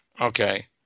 okay